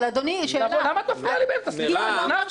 הוא מדבר יותר מרבע שעה.